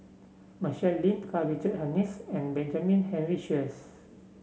Michelle Lim Karl Richard Hanitsch and Benjamin Henry Sheares